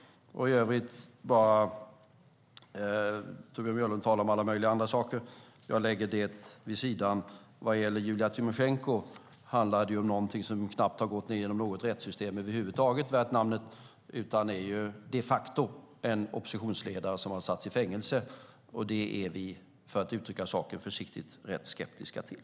Torbjörn Björlund tar upp alla möjliga andra saker, men jag lägger dem åt sidan. Vad gäller fallet Julija Tymosjenko har det knappt gått genom något rättssystem värt namnet. Här är det de facto en oppositionsledare som har satts i fängelse, och det är vi, för att uttrycka saken försiktigt, rätt skeptiska till.